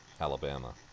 Alabama